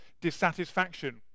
dissatisfaction